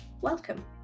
Welcome